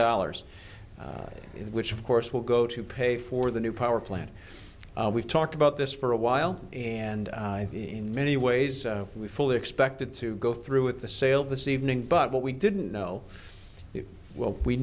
dollars which of course will go to pay for the new power plant we've talked about this for a while and in many ways we fully expected to go through with the sale this evening but what we didn't know well we